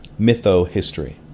Mytho-history